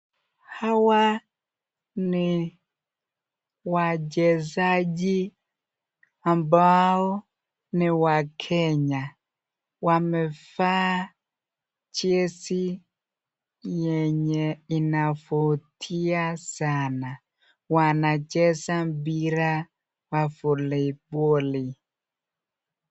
Hawa ni wachezaji ambao ni wakenya wamevaa yenye inavutia sana wanacheza mpira wa voliboli.